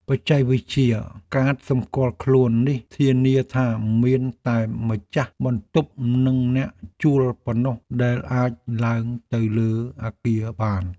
បច្ចេកវិទ្យាកាតសម្គាល់ខ្លួននេះធានាថា មានតែម្ចាស់បន្ទប់និងអ្នកជួលប៉ុណ្ណោះដែលអាចឡើងទៅលើអគារបាន។